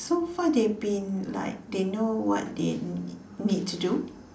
so far they've been like they know what they need to do